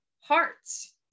hearts